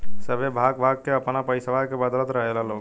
सभे भाग भाग के आपन पइसवा के बदलत रहेला लोग